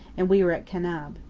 and we are at kanab.